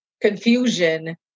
confusion